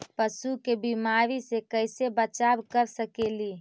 पशु के बीमारी से कैसे बचाब कर सेकेली?